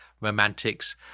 romantics